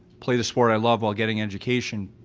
play the sport i love while getting education,